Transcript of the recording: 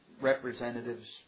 representatives